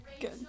Good